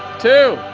two,